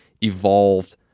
evolved